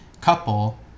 couple